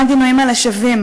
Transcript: מה הגינויים האלה שווים